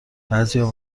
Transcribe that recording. بعضیها